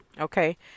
Okay